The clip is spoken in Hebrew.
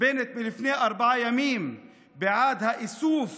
בנט מלפני ארבעה ימים בעד איסוף